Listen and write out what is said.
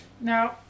No